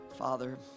Father